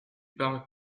parles